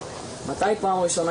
אנשים הצטרפו אלינו לזום.